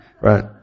right